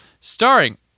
Starring